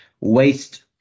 waste